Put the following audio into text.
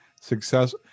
Success